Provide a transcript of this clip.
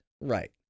right